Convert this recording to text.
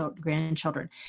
grandchildren